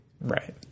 right